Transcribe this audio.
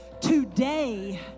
today